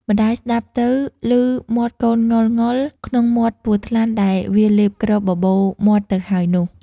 ម្ដាយស្ដាប់ទៅឮមាត់កូនង៉ុលៗ ក្នុងមាត់ពស់ថ្លាន់ដែលវាលេបគ្រប បបូរមាត់ទៅហើយនោះ។